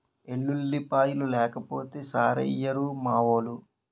ఎల్లుల్లిపాయలు లేకపోతే సారేసెయ్యిరు మావోలు